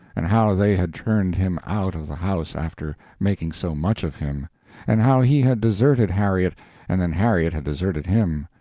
and how they had turned him out of the house after making so much of him and how he had deserted harriet and then harriet had deserted him,